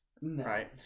right